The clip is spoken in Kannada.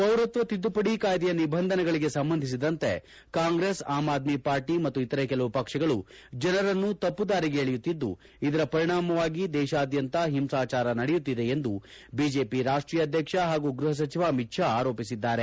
ಪೌರತ್ವ ತಿದ್ದುಪಡಿ ಕಾಯಿದೆಯ ನಿಬಂಧನೆಗಳಿಗೆ ಸಂಬಂಧಿಸಿದಂತೆ ಕಾಂಗ್ರೆಸ್ ಆಮ್ ಆದ್ನಿ ಪಾರ್ಟಿ ಮತ್ತು ಇತರ ಕೆಲವು ಪಕ್ಷಗಳು ಜನರನ್ನು ತಪ್ಪದಾರಿಗೆ ಎಳೆಯುತ್ತಿದ್ದು ಇದರ ಪರಿಣಾಮವಾಗಿ ದೇಶದಾದ್ಯಂತ ಹಿಂಸಾಚಾರ ನಡೆಯುತ್ತಿದೆ ಎಂದು ಬಿಜೆಪಿ ರಾಷ್ಟೀಯ ಅಧ್ಯಕ್ಷ ಹಾಗೂ ಗ್ಟಹ ಸಚಿವ ಅಮಿತ್ ಶಾ ಆರೋಪಿಸಿದ್ದಾರೆ